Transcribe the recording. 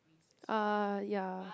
uh ya